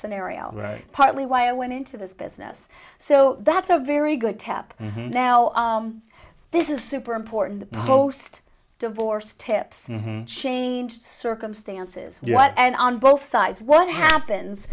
scenario right partly why i went into this business so that's a very good tap now this is super important the most divorced hips change circum stances and on both sides what happens